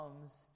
comes